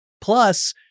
Plus